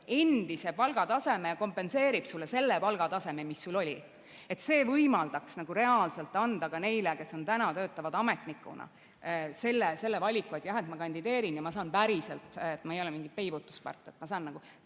endise palgataseme ja kompenseerib sulle selle palgataseme, mis sul oli. See võimaldaks reaalselt anda ka neile, kes täna töötavad ametnikuna, selle valiku, et jah, ma kandideerin ja ma saan päriselt – ma ei ole mingi peibutuspart –, ma saan